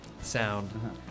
sound